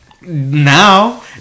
Now